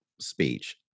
speech